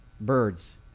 birds